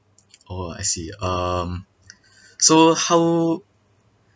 oh I see um so how